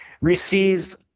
receives